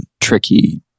tricky